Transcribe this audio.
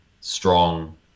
strong